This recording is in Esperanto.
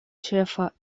ĉefa